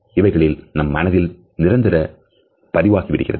இவைகளில் நம் மனதில் நிரந்தர பதிவாகி விடுகிறது